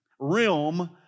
Realm